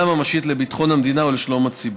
ממשית לביטחון המדינה או לשלום הציבור.